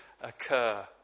occur